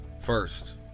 first